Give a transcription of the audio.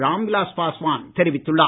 ராம்விலாஸ் பாஸ்வான் தெரிவித்துள்ளார்